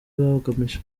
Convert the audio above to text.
bagamije